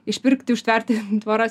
išpirkti užtverti tvoras